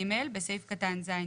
(ג) בסעיף קטן (ז),